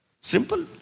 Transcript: Simple